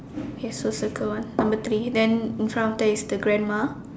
okay so circle one number three then in front of that is the grandma